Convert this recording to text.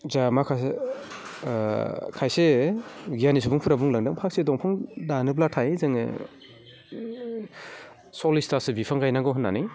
जा माखासे खायसे गियानि सुबुंफोरा बुंलांदों फांसे दंफां दानोब्लाथाय जोङो सल्लिसतासो बिफां गायनांगौ होननानै